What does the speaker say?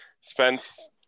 Spence